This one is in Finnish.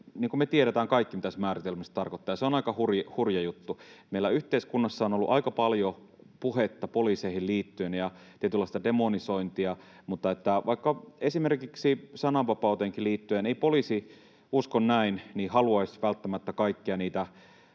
että... Me tiedetään kaikki, mitä se määritelmä tarkoittaa, ja se on aika hurja juttu. Meillä yhteiskunnassa on ollut aika paljon puhetta poliiseihin liittyen ja tietynlaista demonisointia, mutta esimerkiksi sananvapauteenkaan liittyen ei poliisi — uskon näin — haluaisi välttämättä kaikkia